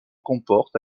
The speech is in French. comporte